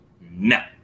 No